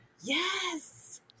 Yes